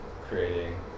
creating